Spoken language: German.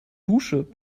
dusche